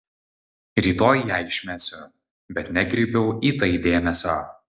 rytoj ją išmesiu bet nekreipiau į tai dėmesio